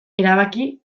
erabaki